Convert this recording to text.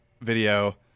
video